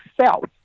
self